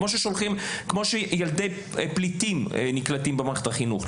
כמו שילדי פליטים נקלטים במערכת החינוך,